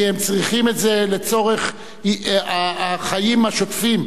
כי הם צריכים את זה לצורך החיים השוטפים.